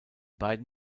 beiden